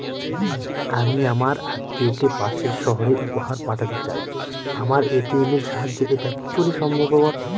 আমি আমার আত্মিয়কে পাশের সহরে উপহার পাঠাতে চাই আমার এ.টি.এম এর সাহায্যে এটাকি সম্ভবপর?